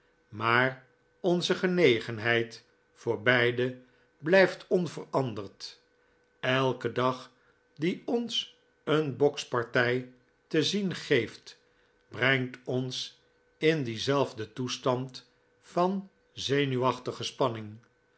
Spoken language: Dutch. maar onze genegenheid voor beide blh'ft onveranderd bike dag die ons een boksparttf te zien geeft brengt ons in dienzelfden toestand van zenuwachtige spanning